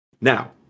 Now